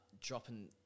dropping